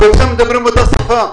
כולכם מדברים באותה שפה.